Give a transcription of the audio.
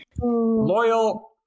Loyal